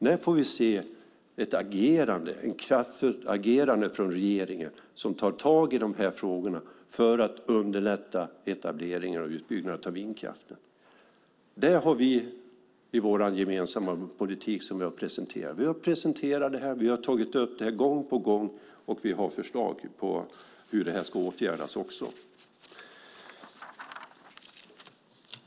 När får vi se ett kraftfullt agerande från regeringen som tar tag i de här frågorna för att underlätta etableringen och utbyggnaden av vindkraft? I vår gemensamma politik har vi tagit upp det här gång på gång, och vi har förslag på hur det ska åtgärdas.